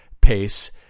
pace